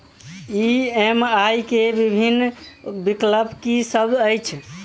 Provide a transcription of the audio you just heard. EMI केँ विभिन्न विकल्प की सब अछि